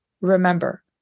remember